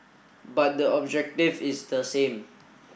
but the objective is the same